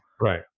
Right